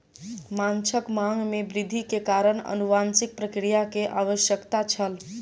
माँछक मांग में वृद्धि के कारण अनुवांशिक प्रक्रिया के आवश्यकता छल